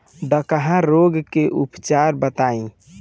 डकहा रोग के उपचार बताई?